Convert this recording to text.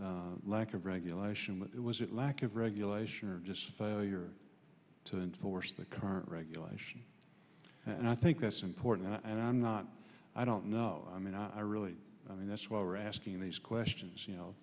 the lack of regulation with it was it lack of regulation or just a failure to enforce the current regulations and i think that's important and i'm not i don't know i mean i really i mean that's why we're asking these questions you know